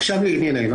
עכשיו לענייננו.